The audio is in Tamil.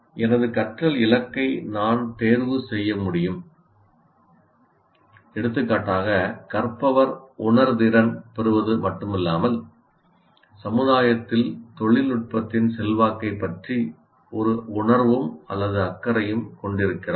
எனது கற்றல் இலக்கை நான் தேர்வுசெய்ய முடியும் எடுத்துக்காட்டாக கற்பவர் உணர்திறன் பெறுவது மட்டுமல்லாமல் சமுதாயத்தில் தொழில்நுட்பத்தின் செல்வாக்கைப் பற்றி ஒரு உணர்வும் அல்லது அக்கறையும் கொண்டிருக்கிறார்